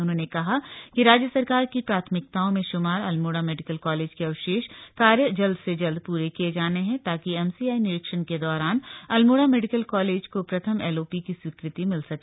उन्होने कहा राज्य सरकार की प्राथमिकताओं में शुमार अल्मोड़ा मेडिकल कालेज के अवशेष कार्य जल्द से जल्द पूरे किये जाने है ताकि एमसीआई निरीक्षण के दौरान अल्मोड़ा मेडिकल कालेज को प्रथम एलओपी की स्वीकृति मिल सके